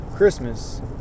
Christmas